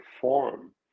form